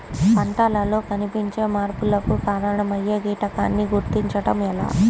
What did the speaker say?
పంటలలో కనిపించే మార్పులకు కారణమయ్యే కీటకాన్ని గుర్తుంచటం ఎలా?